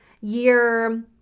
year